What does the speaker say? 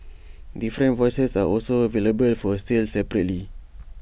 different voices are also available for sale separately